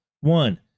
one